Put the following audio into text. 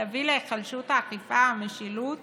תביא להיחלשות האכיפה, המשילות